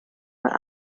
were